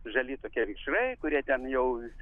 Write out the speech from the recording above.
žali tokie vikšrai kurie ten jau